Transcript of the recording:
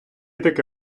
таке